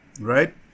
right